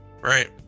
Right